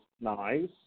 nice